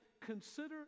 Consider